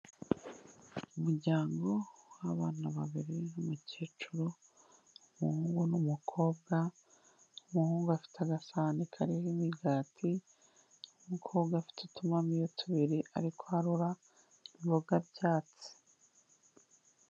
Umuryango w'abana babiri n'umukecuru, umuhungu n'umukobwa, umuhungu afite agasahani kariho imigati umukobwa afite utumamiyo tubiri ari kwarura imboga byatsi.